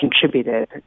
contributed